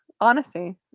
honesty